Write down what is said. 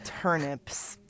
Turnips